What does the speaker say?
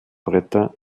bretter